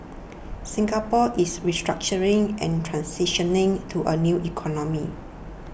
Singapore is restructuring and transitioning to a new economy